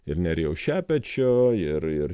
ir nerijaus šepečio ir ir